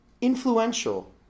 influential